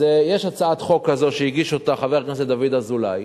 יש הצעת חוק כזו שהגיש אותה חבר הכנסת דוד אזולאי,